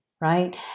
Right